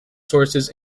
sources